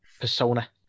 persona